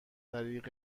طریق